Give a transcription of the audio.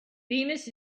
venus